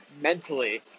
mentally